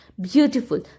Beautiful